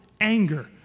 anger